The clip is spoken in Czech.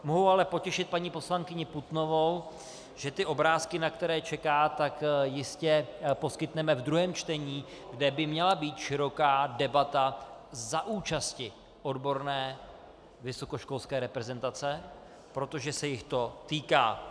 Mohu ale potěšit paní poslankyni Putnovou, že ty obrázky, na které čeká, tak jistě poskytneme v druhém čtení, kde by měla být široká debata za účasti odborné vysokoškolské reprezentace, protože se jich to týká.